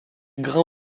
grain